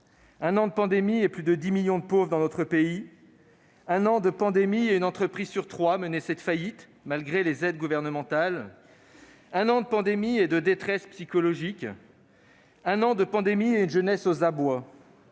un an de pandémie et plus de 10 millions de pauvres dans notre pays ; un an de pandémie et une entreprise sur trois menacée de faillite, malgré les aides gouvernementales ; un an de pandémie et de détresse psychologique ; un an de pandémie et une jeunesse aux abois